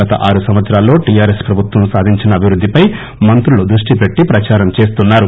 గత ఆరు సంవత్సరాల్లో టిఆర్ ఎస్ ప్రభుత్వం సాధించిన అభివృద్దిపై మంత్రులు దృష్టి పెట్టి ప్రదారం చేస్తున్నారు